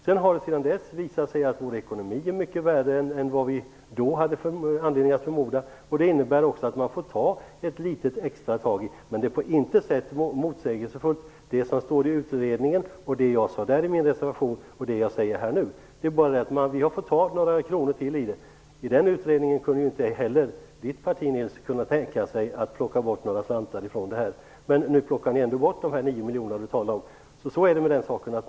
Sedan dess har det visat sig att vår ekonomi är mycket värre än vad vi då hade anledning att förmoda. Det innebär att man får ta ett litet extra tag. Men det är på intet sätt något motsägelsefullt i det som står i utredningen, det jag där sade i min reservation och det jag nu säger här. Det är bara det att vi har fått ta några kronor till. I den utredningen kunde inte heller Nils-Erik Söderqvists parti tänka sig att plocka bort några slantar. Men nu plockar ni ändå bort de 9 miljoner ni talar om. Så är det med den saken.